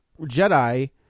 Jedi